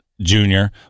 junior